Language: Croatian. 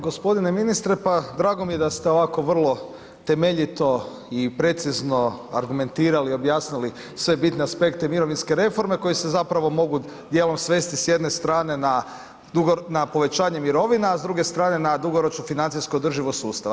Gospodine ministre, drago mi je da ste ovako vrlo temeljito i precizno argumentirali i objasnili sve bitne aspekte mirovinske reforme koje se zapravo mogu dijelom svesti s jedne strane na povećanje mirovina a s druge strane na dugoročnu financijsku održivost sustava.